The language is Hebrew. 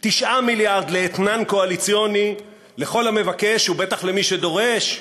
9 מיליארד לאתנן קואליציוני לכל המבקש ובטח למי שדורש?